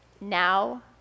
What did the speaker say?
now